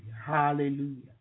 Hallelujah